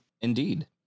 Indeed